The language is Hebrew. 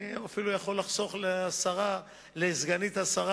אני אפילו יכול לחסוך לסגנית השר,